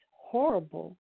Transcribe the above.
horrible